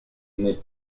n’est